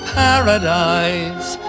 paradise